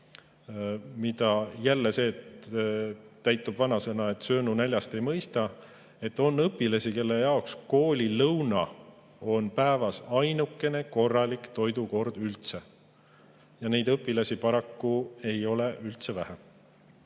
seda – jälle täitub vanasõna, et söönu näljast ei mõista –, et on õpilasi, kelle jaoks koolilõuna on päevas ainukene korralik toidukord. Neid õpilasi ei ole paraku üldse vähe.